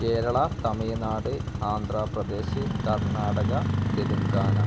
Kerala Tamil Nadu Andhra Pradesh Karnataka Telangana